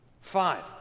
Five